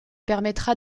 permettra